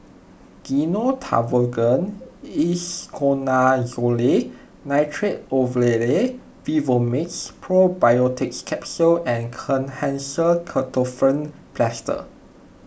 Gyno Travogen Isoconazole Nitrate Ovule Vivomixx Probiotics Capsule and Kenhancer Ketoprofen Plaster